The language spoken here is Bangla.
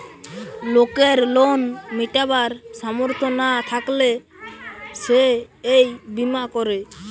লোকের লোন মিটাবার সামর্থ না থাকলে সে এই বীমা করে